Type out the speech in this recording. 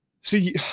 See